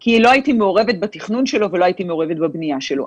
כי לא הייתי מעורבת בתכנון שלו ולא הייתי מעורבת בבנייה שלו.